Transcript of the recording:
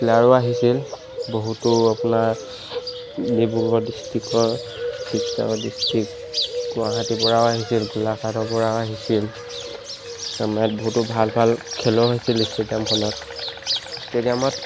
প্লেয়াৰো আহিছিল বহুতো আপোনাৰ ডিব্ৰুগড় ডিষ্ট্ৰিকৰ শিৱসাগৰ ডিষ্ট্ৰিক গুৱাহাটীৰ পৰাও আহিছিল গোলাঘাটৰ পৰাও আহিছিল আমাৰ ইয়াত বহুতো ভাল ভাল খেলো হৈছিল ইষ্টেডিয়ামখনত ইষ্টেডিয়ামত